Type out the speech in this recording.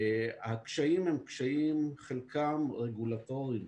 הקשיים הם קשיים, חלקם רגולטוריים